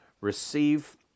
receive